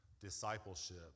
discipleship